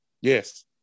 Yes